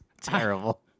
Terrible